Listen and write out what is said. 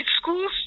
schools